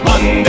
One